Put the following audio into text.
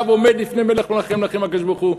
עומד לפני מלך מלכי המלכים הקדוש-ברוך-הוא,